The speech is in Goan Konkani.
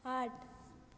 आठ